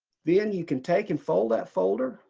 then you can take and fold that folder,